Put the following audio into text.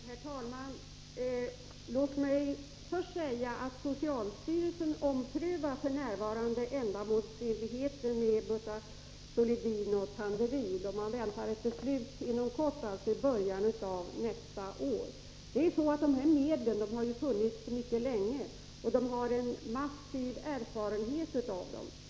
Herr talman! Låt mig först säga att socialstyrelsen f. n. omprövar ändamålsenligheten hos Butazolidin och Tanderil. Ett beslut väntas inom kort —-i början av nästa år. Medlen har funnits mycket länge, och man har en massiv erfarenhet av dem.